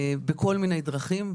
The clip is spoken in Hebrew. בכל מיני דרכים,